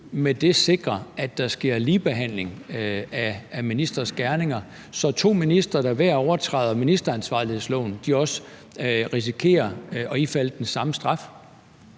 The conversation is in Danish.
med det sikre, at der sker ligebehandling af ministres gerninger, så to ministre, der hver overtræder ministeransvarlighedsloven, også risikerer at ifalde den samme straf?